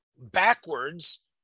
backwards